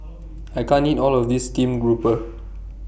I can't eat All of This Steamed Grouper